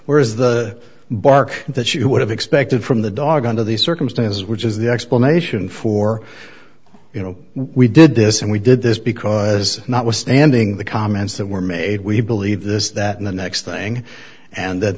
where is the bark that you would have expected from the dog under these circumstances which is the explanation for you know we did this and we did this because notwithstanding the comments that were made we believe this that and the next thing and that